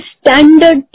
standard